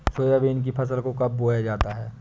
Soybean की फसल को कब बोया जाता है?